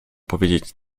powiedzieć